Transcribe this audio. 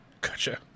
Gotcha